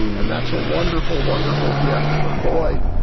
and that's a wonderful, wonderful gift. but boy,